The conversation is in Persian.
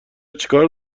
چیکار